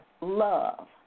love